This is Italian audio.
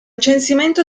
censimento